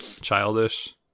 childish